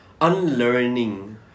unlearning